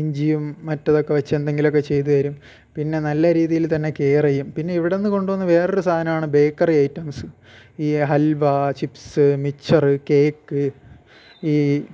ഇഞ്ചിയും മറ്റതൊക്കെ വച്ച് എന്തെങ്കിലുമൊക്കെ ചെയ്തു തരും പിന്നെ നല്ല രീതിയിൽ തന്നെ കെയർ ചെയ്യും പിന്നെ ഇവിടെ നിന്ന് കൊണ്ടുപോകുന്ന വേറൊരു സാധനമാണ് ബേക്കറി ഐറ്റംസ് ഈ ഹൽവാ ചിപ്പ്സ് മിച്ചറ് കേക്ക് ഈ